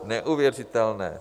Neuvěřitelné!